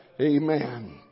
Amen